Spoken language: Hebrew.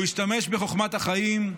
הוא השתמש בחוכמת החיים,